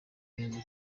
neza